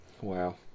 Wow